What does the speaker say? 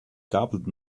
garbled